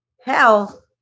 hell